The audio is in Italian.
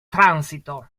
transito